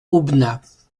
aubenas